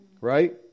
right